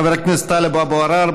חבר הכנסת טלב אבו עראר,